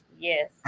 Yes